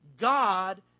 God